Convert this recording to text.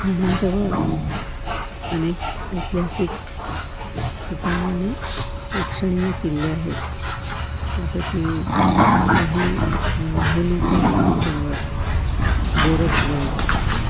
ठाण्याजवळ अनेक ऐतिहासिक ठिकाणं आणि प्रेक्षणीय किल्ले आहेत त्यापैकी काही म्हणजे माहुलीचा डोंगर गोरखगड